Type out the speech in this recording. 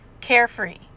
carefree